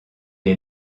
est